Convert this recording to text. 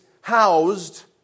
housed